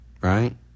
Right